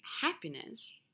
happiness